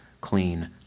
clean